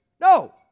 No